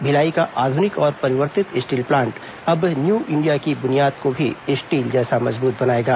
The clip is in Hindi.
भिलाई का आधुनिक और परिवर्तित स्टील प्लांट अब न्यू इंडिया की बुनियाद को भी स्टील जैसा मजबूत बनाएगा